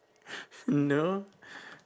no